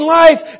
life